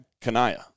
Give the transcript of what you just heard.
Kanaya